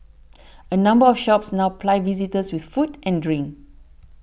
a number of shops now ply visitors with food and drink